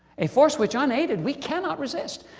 a force which unaided we cannot resist.